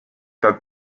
that